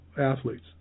athletes